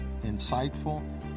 insightful